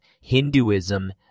Hinduism